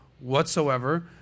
whatsoever